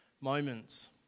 moments